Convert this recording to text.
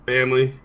Family